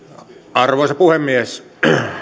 arvoisa puhemies